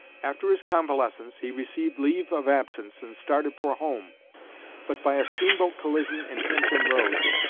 after his convalescence, he received leave of absence, and started for home but by a steamboat collision in hampton roads,